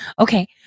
Okay